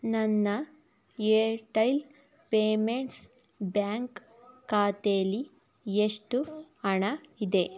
ನನ್ನ Airtel payments bank ಖಾತೇಲಿ ಎಷ್ಟು ಹಣ ಇದೆ